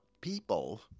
people